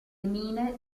mine